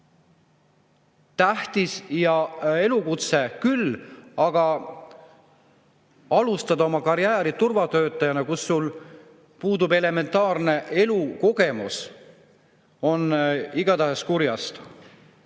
tähtis elukutse. Aga alustada oma karjääri turvatöötajana, kui sul puudub elementaarne elukogemus, on igatahes kurjast. Ja